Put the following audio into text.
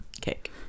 cake